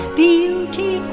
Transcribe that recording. beauty